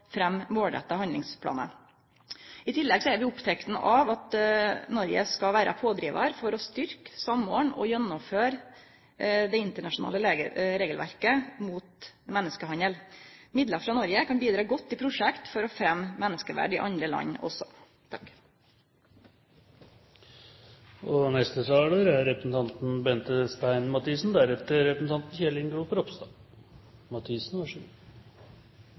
målretta handlingsplanar. I tillegg er vi opptekne av at Noreg skal vere pådrivar for å styrkje, samordne og gjennomføre det internasjonale regelverket mot menneskehandel. Midlar frå Noreg kan bidra godt til prosjekt for å fremje menneskeverd i andre land